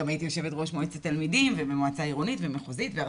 גם הייתי יושבת ראש מועצת התלמידים ובמועצה העירונית והמחוזית והארצית,